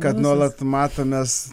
kad nuolat matomės